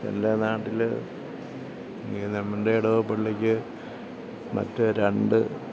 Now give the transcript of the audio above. എൻ്റെ നാട്ടിൽ ഈ എൻ്റെ ഇടവക പള്ളിക്ക് മറ്റു രണ്ട്